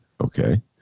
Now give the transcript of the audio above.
Okay